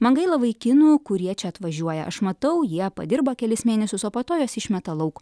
man gaila vaikinų kurie čia atvažiuoja aš matau jie padirba kelis mėnesius o po to juos išmeta lauk